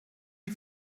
die